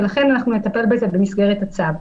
ולכן נטפל בזה במסגרת הצו.